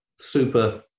super